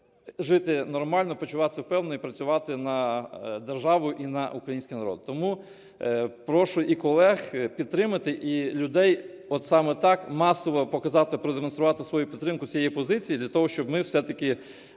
жити нормально, почуватися впевнено і працювати на державу і на український народ. Тому прошу і колег підтримати, і людей, от саме так масово показати, продемонструвати свою підтримку цієї позиції для того, щоб ми все-таки